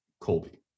Colby